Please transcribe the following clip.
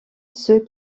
ceux